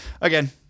again